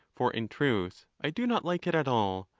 for in truth i do not like it at all,